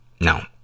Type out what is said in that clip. No